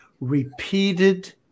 repeated